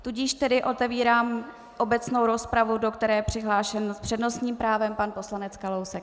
Tudíž tedy otevírám obecnou rozpravu, do které je přihlášen s přednostním právem pan poslanec Kalousek.